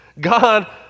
God